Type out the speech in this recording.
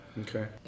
okay